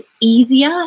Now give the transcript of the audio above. easier